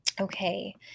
Okay